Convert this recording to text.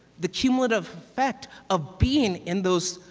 the cumulative effect of being in those,